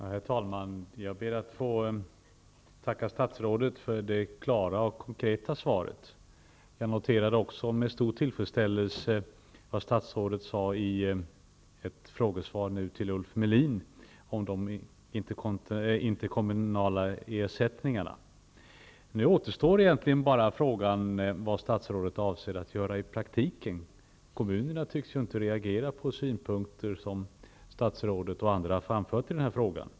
Herr talman! Jag ber att få tacka statsrådet för det klara och konkreta svaret. Jag noterar också med stor tillfredsställelse vad statsrådet sade i ett frågesvar till Ulf Melin om de interkommunala ersättningarna. Nu återstår egentligen bara frågan vad statsrådet avser att göra i praktiken. Kommunerna tycks ju inte reagera på de synpunkter som statsrådet och andra framfört i denna fråga.